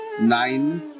nine